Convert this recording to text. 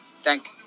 thank